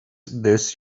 this